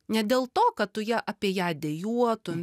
ne dėl to kad tu ją apie ją dejuotum